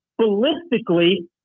ballistically